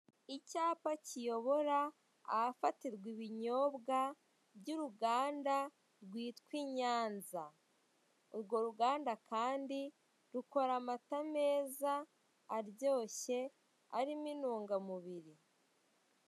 Icyapa kiyobora ahafatirwa ibinyobwa by'uruganda rwitwa inyanza, urwo ruganda kandi rukora amata meza, aryoshye, arimo intungamubiri.